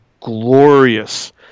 glorious